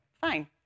Fine